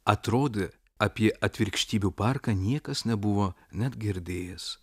atrodė apie atvirkštybių parką niekas nebuvo net girdėjęs